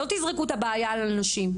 אל תזרקו את הבעיה על הנשים.